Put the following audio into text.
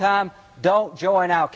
time don't join al